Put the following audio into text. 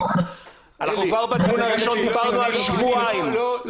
אנחנו דיברנו על שבועיים --- לא,